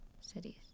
cities